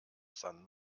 san